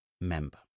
member